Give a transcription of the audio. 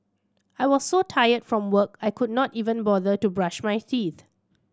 I was so tired from work I could not even bother to brush my teeth